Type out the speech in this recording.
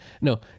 no